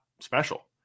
special